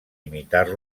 imitar